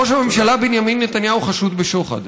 ראש הממשלה בנימין נתניהו חשוד בשוחד.